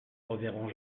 reverrons